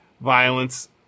violence